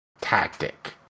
tactic